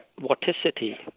vorticity